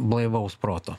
blaivaus proto